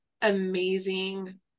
amazing